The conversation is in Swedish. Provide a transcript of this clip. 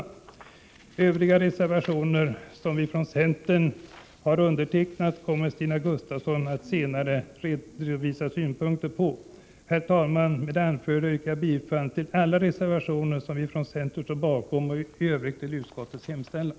När det gäller övriga reservationer som vi från centern har undertecknat kommer Stina Gustavsson att senare redovisa våra synpunkter. Herr talman! Med det anförda yrkar jag bifall till alla reservationer som vi från centern står bakom och i övrigt till utskottets hemställan.